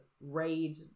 raid